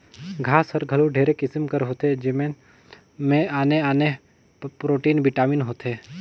घांस हर घलो ढेरे किसिम कर होथे जेमन में आने आने प्रोटीन, बिटामिन होथे